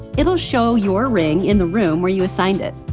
it'll show your ring in the room where you assigned it.